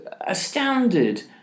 astounded